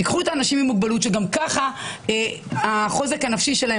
תיקחו את האנשים עם מוגבלות שגם ככה החוסן הנפשי שלהם,